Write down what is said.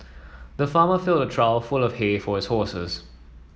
the farmer filled a trough full of hay for his horses